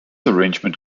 arrangement